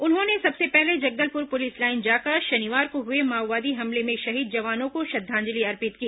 उन्होंने सबसे पहले जगलदपुर पुलिस लाइन जाकर शनिवार को हुए माओवादी हमले में शहीद जवानों को श्रद्वांजलि अर्पित की